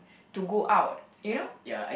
to go out you know